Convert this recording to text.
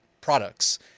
products